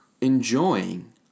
enjoying